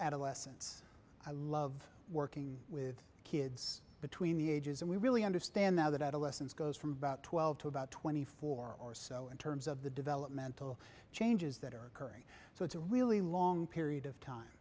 adolescence i love working with kids between the ages and we really understand how that adolescence goes from about twelve to about twenty four or so in terms of the developmental changes that are occurring so it's a really long period of time